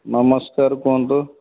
ନମସ୍କାର କୁହନ୍ତୁ